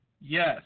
Yes